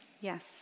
Yes